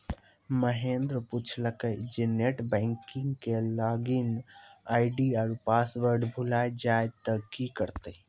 महेन्द्र पुछलकै जे net banking के लागिन आई.डी आरु पासवर्ड भुलाय जाय त कि करतै?